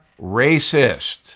racist